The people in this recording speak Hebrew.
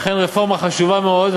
אכן רפורמה חשובה מאוד,